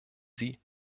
sie